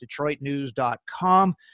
DetroitNews.com